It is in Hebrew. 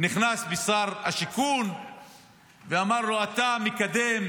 נכנס בשר השיכון ואמר לו: אתה מקדם